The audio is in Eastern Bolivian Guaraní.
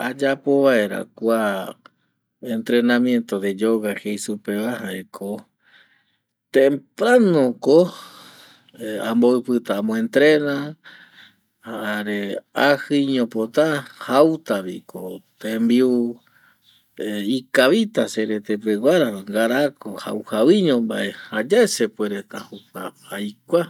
Ayapo vaera kua entrenamiento de yoga jei supe va jaeko, temprano ko amboɨpita ambo entrena jare ajɨiño pota, jauta vi ko tembiu ikavita serete peguara va, ngara ko jau jau iño mbae jayae sepuereta jokua aikua